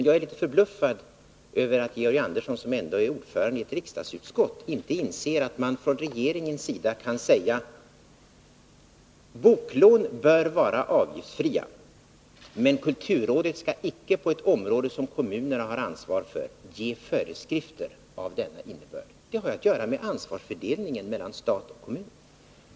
Jag är litet förbluffad över att Georg Andersson, som ändå är ordförande i ett riksdagsutskott, inte inser att regeringen kan säga att boklån bör vara avgiftsfria men att kulturrådet inte kan ge föreskrifter av denna innebörd på ett område som kommunerna har ansvar för. Det har att göra med ansvarsfördelningen mellan stat och kommun.